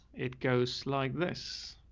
it goes like this.